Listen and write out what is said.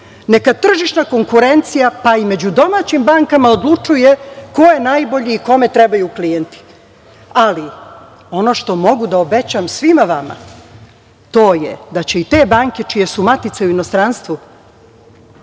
Neka tržišna konkurencija, pa i među domaćim bankama, odlučuje ko je najbolji i kome trebaju klijenti, ali ono što mogu da obećam svima vama, to je da će i te banke čije su matice u inostranstvu,